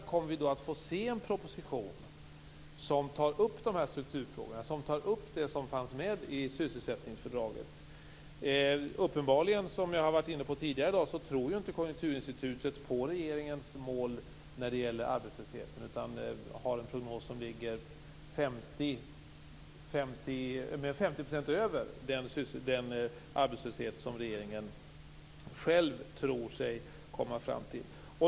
Kommer vi att få se en proposition som tar upp strukturfrågorna och det som fanns med i sysselsättningsfördraget? Som jag tidigare har varit inne på i dag tror Konjunkturinstitutet uppenbarligen inte på regeringens mål när det gäller arbetslösheten, utan man har en prognos som ligger 50 % högre än den arbetslöshet som regeringen själv tror sig kunna komma ned till.